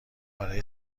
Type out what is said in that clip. برای